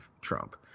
Trump